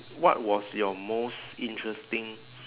what was your most interesting